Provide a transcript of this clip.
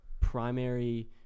primary